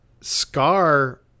Scar